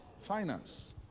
Finance